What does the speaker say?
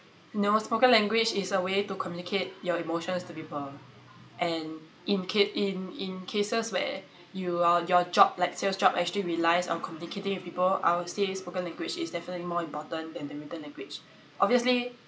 you know spoken language is a way to communicate your emotions to people and in ca~ in in cases where your your job like sales job actually relies on communicating with people I will say spoken language is definitely more important than the written language obviously